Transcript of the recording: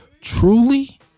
Truly